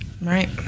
Right